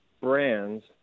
brands